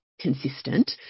consistent